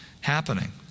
happening